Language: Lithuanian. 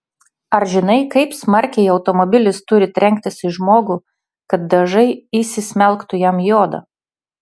ar žinai kaip smarkiai automobilis turi trenktis į žmogų kad dažai įsismelktų jam į odą